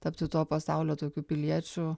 tapti tuo pasaulio tokiu piliečiu